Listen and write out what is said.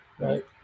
right